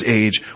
age